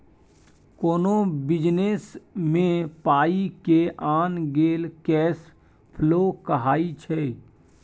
कोनो बिजनेस मे पाइ के आन गेन केस फ्लो कहाइ छै